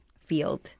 Field